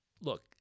Look